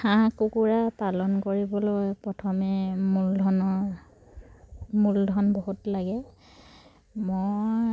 হাঁহ কুকুৰা পালন কৰিবলৈ প্ৰথমে মূলধনৰ মূলধন বহুত লাগে মই